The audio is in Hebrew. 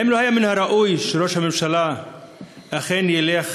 האם לא היה מן הראוי שראש הממשלה אכן ילך